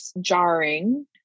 jarring